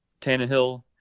Tannehill